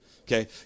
okay